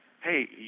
Hey